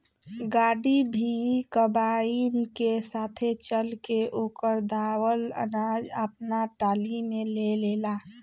गाड़ी भी कंबाइन के साथे चल के ओकर दावल अनाज आपना टाली में ले लेला